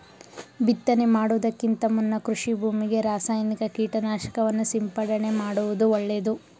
ಬಿತ್ತನೆ ಮಾಡುವುದಕ್ಕಿಂತ ಮುನ್ನ ಕೃಷಿ ಭೂಮಿಗೆ ರಾಸಾಯನಿಕ ಕೀಟನಾಶಕವನ್ನು ಸಿಂಪಡಣೆ ಮಾಡುವುದು ಒಳ್ಳೆದು